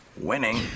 winning